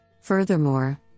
Furthermore